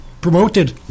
promoted